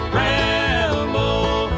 ramble